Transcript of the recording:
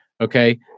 Okay